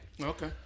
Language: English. Okay